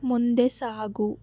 ಮುಂದೆ ಸಾಗು